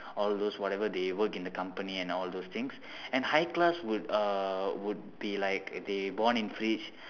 all those whatever they work in the company and all those things and high class would uh would be like they born in fridge